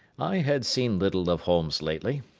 i had seen little of holmes lately.